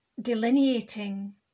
delineating